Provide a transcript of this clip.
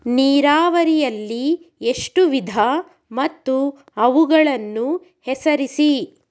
ನೀರಾವರಿಯಲ್ಲಿ ಎಷ್ಟು ವಿಧ ಮತ್ತು ಅವುಗಳನ್ನು ಹೆಸರಿಸಿ?